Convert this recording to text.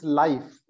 life